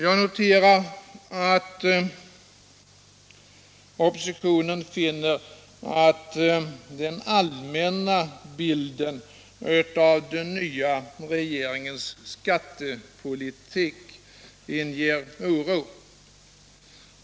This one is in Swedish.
Jag noterar att oppositionen finner att den allmänna bilden av den nya regeringens skattepolitik inger oro.